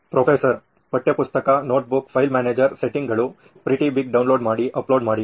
professor ಪಠ್ಯಪುಸ್ತಕ notebook file manager ಸೆಟ್ಟಿಂಗ್ಗಳು pretty big download ಮಾಡಿ ಅಪ್ಲೋಡ್ ಮಾಡಿ